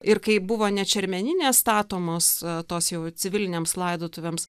ir kaip buvo net šermeninės statomos tos jau civilinėms laidotuvėms